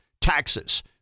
taxes